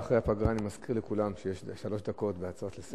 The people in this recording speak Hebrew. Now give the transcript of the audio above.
אחרי הפגרה אני מזכיר לכולם שיש שלוש דקות בהצעות לסדר-היום.